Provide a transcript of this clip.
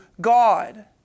God